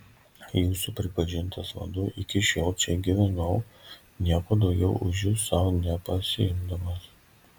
jūsų pripažintas vadu iki šiol čia gyvenau nieko daugiau už jus sau nepasiimdamas